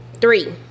three